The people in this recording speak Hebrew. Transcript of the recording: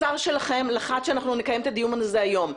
השר שלכם לחץ שנקיים את הדיון הזה היום.